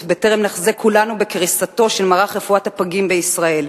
בטרם נחזה כולנו בקריסתו של מערך רפואת הפגים בישראל.